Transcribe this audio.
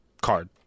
card